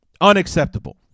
Unacceptable